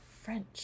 French